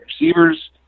receivers